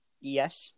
Yes